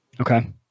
Okay